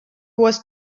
was